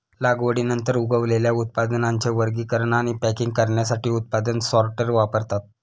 लागवडीनंतर उगवलेल्या उत्पादनांचे वर्गीकरण आणि पॅकिंग करण्यासाठी उत्पादन सॉर्टर वापरतात